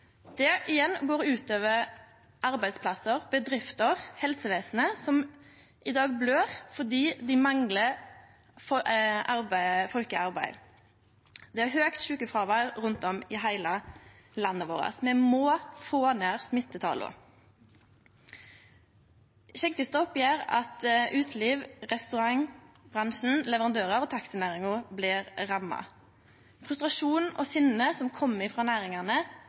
Det igjen går ut over arbeidsplassar, bedrifter og helsevesenet, som i dag blør fordi dei manglar folk i arbeid. Det er høgt sjukefråvær rundt om i heile landet vårt. Me må få ned smittetala. Skjenkestopp gjer at utelivs- og restaurantbransjen, leverandørar og taxinæringa blir ramma. Frustrasjonen og sinnet som kjem frå næringane,